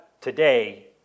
today